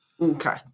okay